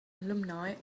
alumni